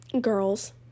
girls